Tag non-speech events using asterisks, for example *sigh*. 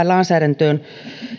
*unintelligible* lainsäädäntöön